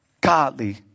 godly